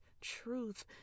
truth